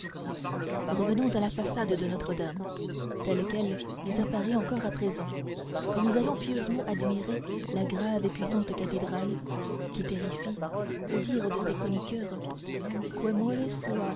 revenons à la façade de notre-dame telle qu'elle nous apparaît encore à présent quand nous allons pieusement admirer la grave et puissante cathédrale qui terrifie au dire de ses chroniqueurs